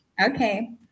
Okay